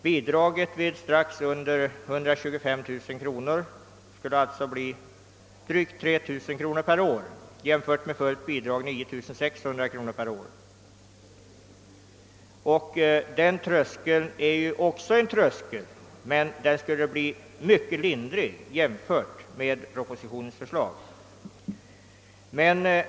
Bidraget vid en förmögenhet på strax under 125 000 kronor skulle bli drygt 3000 kronor per år jämfört med 9600 kronor per år för fullt bidrag. Den tröskeln är naturligtvis också stor, men den skulle ändå bli mycket lindrig jämfört med propositionens förslag.